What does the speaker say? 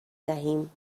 دهیم